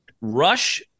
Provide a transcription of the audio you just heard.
Rush